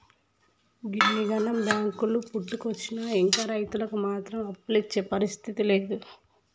గిన్నిగనం బాంకులు పుట్టుకొచ్చినా ఇంకా రైతులకు మాత్రం అప్పులిచ్చే పరిస్థితి లేదు